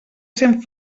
cent